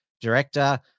director